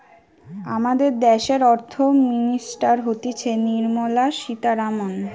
আমাদের দ্যাশের অর্থ মিনিস্টার হতিছে নির্মলা সীতারামন